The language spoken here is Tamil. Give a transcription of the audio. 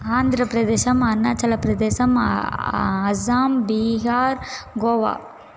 ஆந்திரப்பிரதேசம் அருணாச்சலப்பிரதேசம் அசாம் பீகார் கோவா